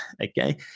Okay